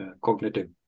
cognitive